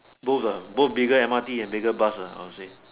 both ah both bigger M_R_T and bigger bus ah I would say